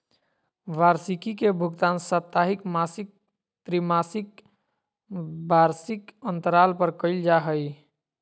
वार्षिकी के भुगतान साप्ताहिक, मासिक, त्रिमासिक, वार्षिक अन्तराल पर कइल जा हइ